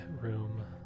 room